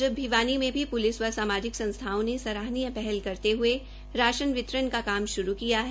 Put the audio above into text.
उधर आज भिवानी में भी पुलिस व सामाजिक संस्थाओं ने सराहानीय पहल करते हये राशन वितरण का काम श्रू किया है